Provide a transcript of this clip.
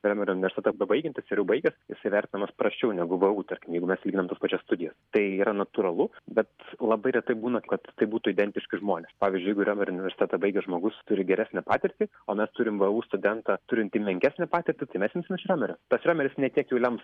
riomerio universitetą pabaigiantis ar jau baigęs jisai vertinamas prasčiau negu vu tarkim jeigu mes lyginam tas pačias studijas tai yra natūralu bet labai retai būna kad tai būtų identiški žmonės pavyzdžiui jeigu riomerio universitetą baigęs žmogus turi geresnę patirtį o mes turim vu studentą turintį menkesnę patirtį tai mes imsim iš riomerio tas riomeris ne tiek jau lems